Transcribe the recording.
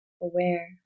Aware